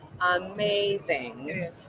amazing